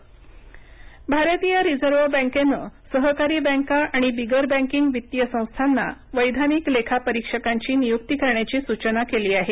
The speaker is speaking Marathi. रिझर्व बँक भारतीय रिजर्व बँकेनं सहकारी बँका आणि बिगर बँकिंग वित्तीय संस्थांना वैधानिक लेखापरीक्षकांची नियुक्ती करण्याची सूचना केली आहे